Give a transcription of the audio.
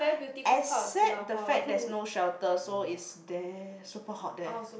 except the fact there's no shelter so is there super hot there